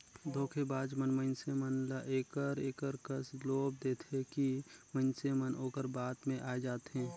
धोखेबाज मन मइनसे मन ल एकर एकर कस लोभ देथे कि मइनसे मन ओकर बात में आए जाथें